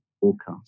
forecast